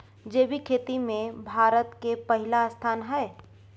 जैविक खेती में भारत के पहिला स्थान हय